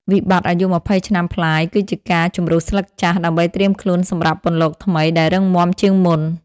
វិបត្តិអាយុ២០ឆ្នាំប្លាយគឺជាការ "ជម្រុះស្លឹកចាស់" ដើម្បីត្រៀមខ្លួនសម្រាប់ "ពន្លកថ្មី" ដែលរឹងមាំជាងមុន។